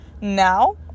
now